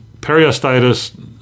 periostitis